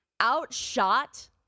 Outshot